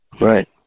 Right